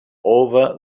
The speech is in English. over